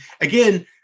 Again